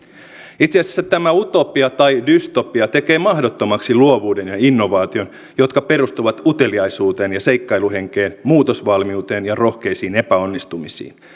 itse asiassa tämä utopia tai dystopia tekee mahdottomaksi luovuuden ja innovaation jotka perustuvat uteliaisuuteen ja seikkailuhenkeen muutosvalmiuteen ja rohkeisiin epäonnistumisiin